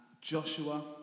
Joshua